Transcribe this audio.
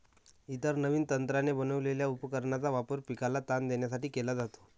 इतर नवीन तंत्राने बनवलेल्या उपकरणांचा वापर पिकाला ताण देण्यासाठी केला जातो